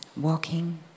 walking